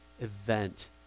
event